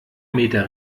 meter